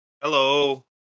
Hello